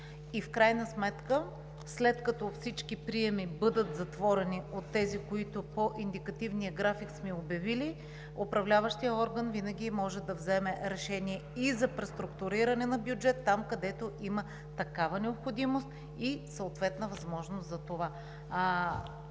В крайна сметка, след като всички приеми бъдат затворени от тези, които по индикативния график сме обявили, Управляващият орган винаги може да вземе решение и за преструктуриране на бюджет там, където има такава необходимост и съответна възможност за това.